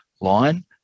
line